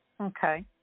Okay